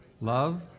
Love